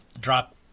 drop